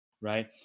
right